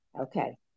Okay